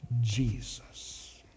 Jesus